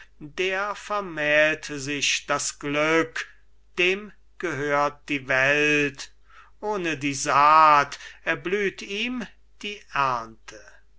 der vermählt sich das glück dem gehört die welt ohne die saat erblüht ihm die ernte